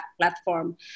platform